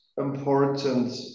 important